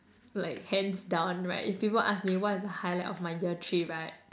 like hands down right if people ask me what's the highlight of my year three right